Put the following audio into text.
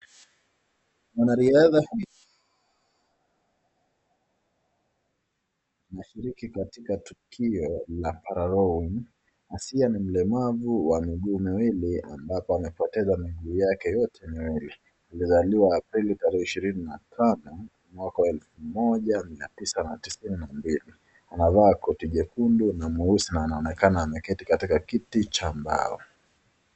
Mwanariadha anashiriki katika tukio la rome naskia ni mlemavu wa miguu miwili ambapo amepoteza mmiguu yake yote miwili. Alizaliwa aprili tarehe ishirini tano mwaka wa elfu moja mia tisa tesaini na mbili . Anavaa koti jekundu na mweusi na anaonekanaameketi katika kiti cha mbao.